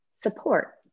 support